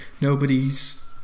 Nobody's